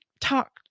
talk